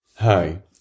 Hi